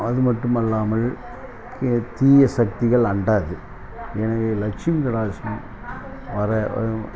அது மட்டுமல்லாமல் தீய சக்திகள் அண்டாது எனவே லக்ஷ்மி காடாச்சம் வர